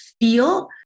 feel